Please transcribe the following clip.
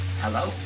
Hello